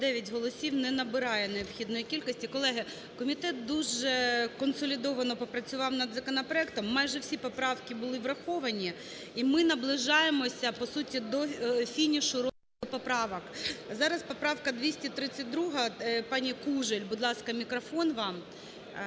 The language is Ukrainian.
комітет дуже консолідовано попрацював над законопроектом, майже всі поправки були враховані, і ми наближаємося, по суті, до фінішу розгляду поправок. Зараз поправка 232 пані Кужель. Будь ласка, мікрофон вам,